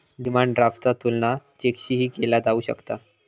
demand ड्राफ्टचा तुलना चेकशीही केला जाऊ शकता